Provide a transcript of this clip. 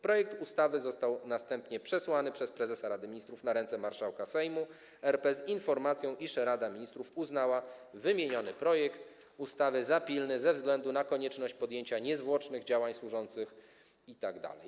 Projekt ustawy został następnie przesłany przez prezesa Rady Ministrów na ręce marszałka Sejmu RP z informacją, iż Rada Ministrów uznała wymieniony projekt ustawy za pilny ze względu na konieczność podjęcia niezwłocznych działań służących itd.